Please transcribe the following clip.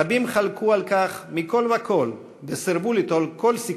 רבים חלקו על כך מכול וכול וסירבו ליטול כל סיכון,